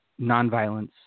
nonviolence